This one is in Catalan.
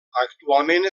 actualment